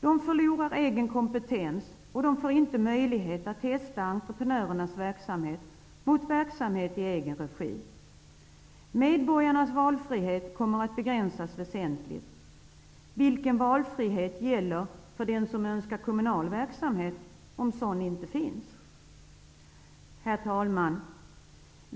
De förlorar egen kompetens, och de får inte möjligheter att testa entreprenörernas verksamhet mot verksamhet i egen regi. Medborgarnas valfrihet kommer att begränsas väsentligt. Vilken valfrihet gäller för den som önskar kommunal verksamhet om sådan inte finns? Herr talman!